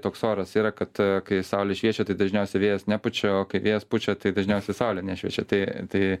toks oras yra kad kai saulė šviečia tai dažniausiai vėjas nepučia o kai vėjas pučia tai dažniausiai saulė nešviečia tai tai